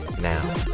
now